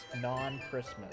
non-Christmas